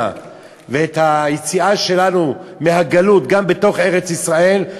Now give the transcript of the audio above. ואת היציאה שלנו מהגלות גם בתוך ארץ-ישראל,